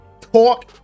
talk